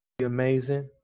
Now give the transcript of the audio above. Amazing